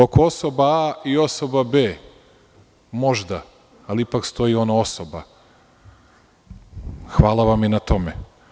Oko osoba A i osoba B, možda, ali ipak stoji ono „osoba“, hvala vam i na tome.